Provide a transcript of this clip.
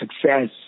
success